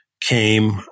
came